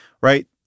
right